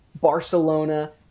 Barcelona